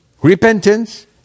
Repentance